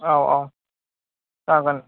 औ औ जागोन